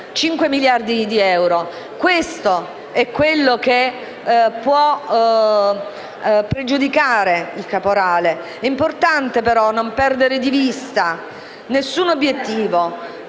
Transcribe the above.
5 miliardi di euro. Questo è quello che può pregiudicare il caporalato; è importante però non perdere di vista nessun obiettivo.